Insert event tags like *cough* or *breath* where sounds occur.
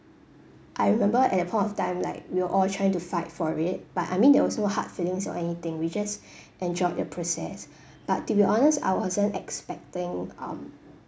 I remember at that point of time like we were all trying to fight for it but I mean there wasn't hard feelings or anything we just *breath* enjoyed the process *breath* but to be honest I wasn't expecting um